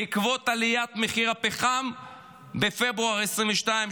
בעקבות עליית מחיר הפחם בפברואר 2022,